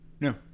No